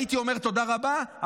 הייתי אומר תודה רבה,